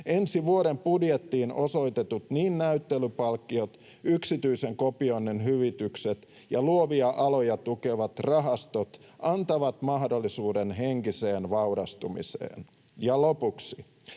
Ensi vuoden budjettiin osoitetut näyttelypalkkiot, yksityisen kopioinnin hyvitykset ja luovia aloja tukevat rahastot antavat mahdollisuuden henkiseen vaurastumiseen. Lopuksi: